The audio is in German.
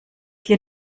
hier